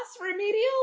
remedial